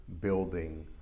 building